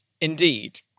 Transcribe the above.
Indeed